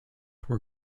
were